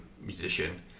musician